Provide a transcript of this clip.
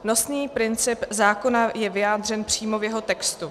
Nosný princip zákona je vyjádřen přímo v jeho textu.